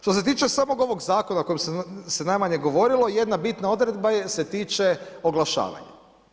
Što se tiče samo ovog zakona o kojem se najmanje govorilo jedna bitna odredba se tiče oglašavanja.